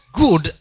good